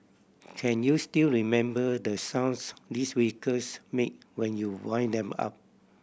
can you still remember the sounds these vehicles make when you wind them up